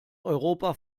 europa